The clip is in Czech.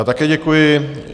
Také děkuji.